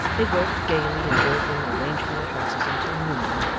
they worked gaily in ordering and arranging their houses until noon,